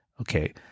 Okay